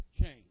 change